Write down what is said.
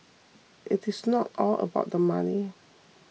it is not all about the money